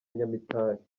nyamitali